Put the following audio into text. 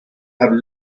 have